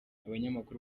abanyamakuru